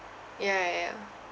ya ya ya